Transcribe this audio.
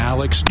Alex